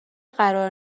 قرار